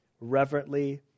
reverently